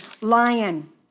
lion